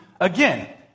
again